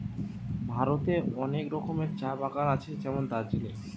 ভারতে অনেক রকমের চা বাগান আছে যেমন দার্জিলিং